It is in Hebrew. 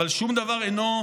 אבל שום דבר אינו,